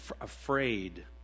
afraid